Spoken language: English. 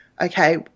okay